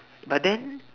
but then